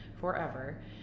forever